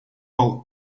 all